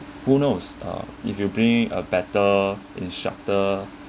who knows uh if you be a better instructor